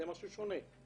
זה משהו שונה.